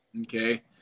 okay